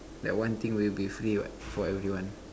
that one thing will be free what for everyone